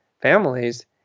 families